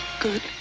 good